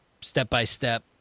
step-by-step